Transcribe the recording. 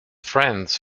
friends